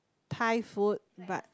Thai food but